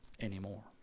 anymore